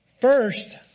First